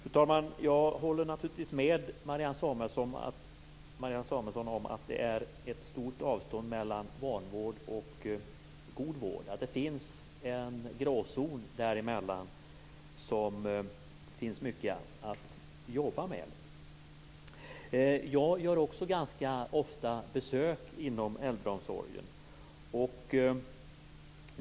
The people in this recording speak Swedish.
Fru talman! Jag håller naturligtvis med Marianne Samuelsson om att det är ett stort avstånd mellan vanvård och god vård. Det finns en gråzon däremellan där det finns mycket att jobba med. Jag gör också ganska ofta besök inom äldreomsorgen.